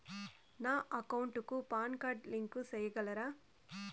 నా అకౌంట్ కు PAN card link సేయగలరా?